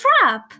trap